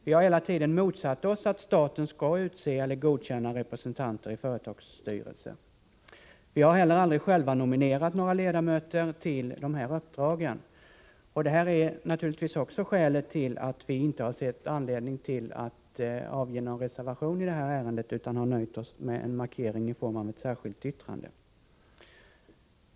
Vi har hela tiden motsatt oss att staten skall utse eller godkänna representanter i företagsstyrelser. Vi har heller aldrig själva nominerat några ledamöter till de uppdragen. Det är naturligtvis också skälet till att vi inte har sett någon anledning att avge reservation i ärendet utan nöjt oss med en markering i form av ett särskilt yttrande.